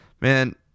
man